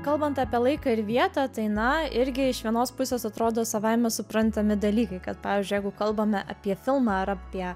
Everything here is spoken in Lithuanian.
kalbant apie laiką ir vietą tai na irgi iš vienos pusės atrodo savaime suprantami dalykai kad pavyzdžiui jeigu kalbame apie filmą ar apie